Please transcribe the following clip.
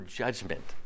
judgment